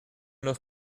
los